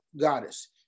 goddess